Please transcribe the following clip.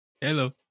Hello